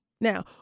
Now